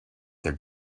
their